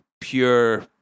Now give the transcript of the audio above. pure